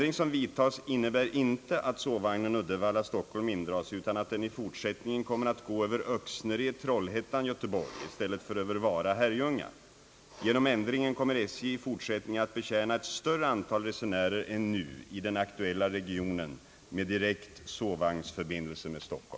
indras utan att den i fortsättningen kommer att gå över Öxnered—Trollhättan—Göteborg i stället för över Vara— Herrljunga.